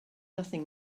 nothing